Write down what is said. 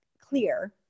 clear